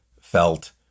felt